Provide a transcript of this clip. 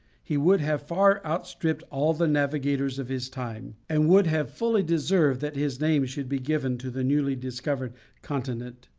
he would have far outstripped all the navigators of his time, and would have fully deserved that his name should be given to the newly-discovered continent,